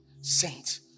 sent